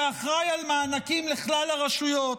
שאחראי למענקים לכלל הרשויות,